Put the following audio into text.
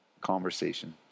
conversation